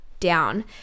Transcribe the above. down